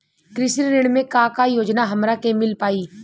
कृषि ऋण मे का का योजना हमरा के मिल पाई?